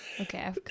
Okay